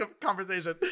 conversation